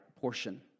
portion